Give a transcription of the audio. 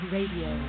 Radio